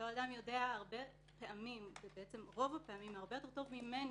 ויודע הרבה פעמים הרבה יותר טוב ממני